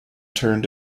turned